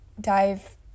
dive